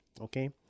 okay